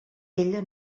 ella